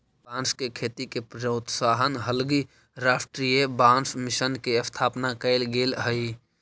बाँस के खेती के प्रोत्साहन हलगी राष्ट्रीय बाँस मिशन के स्थापना कैल गेल हइ